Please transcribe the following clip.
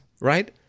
right